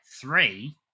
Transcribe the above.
three